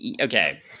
okay